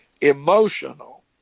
emotional